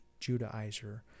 Judaizer